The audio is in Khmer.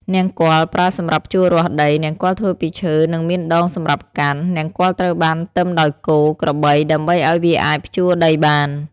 នង្គ័ល ប្រើសម្រាប់ភ្ជួររាស់ដី នង្គ័លធ្វើពីឈើ និងមានដងសម្រាប់កាន់។ នង្គ័លត្រូវបានទឹមដោយគោ ក្របី ដើម្បីឲ្យវាអាចភ្ជួរដីបាន។